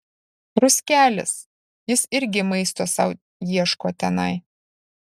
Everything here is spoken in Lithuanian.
ruskelis jis irgi maisto sau ieško tenai